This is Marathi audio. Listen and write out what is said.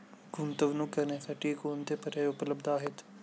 गुंतवणूक करण्यासाठी कोणते पर्याय उपलब्ध आहेत?